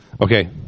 Okay